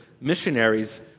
missionaries